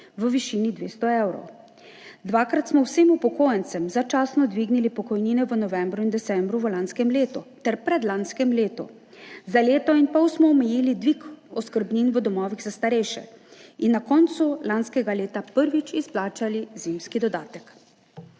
v višini 200 evrov. Dvakrat smo vsem upokojencem začasno dvignili pokojnine v novembru in decembru v lanskem letu ter v predlanskem letu. Za leto in pol smo omejili dvig oskrbnin v domovih za starejše in na koncu lanskega leta prvič izplačali zimski dodatek.